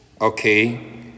Okay